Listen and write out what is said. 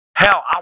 Hell